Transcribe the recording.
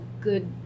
good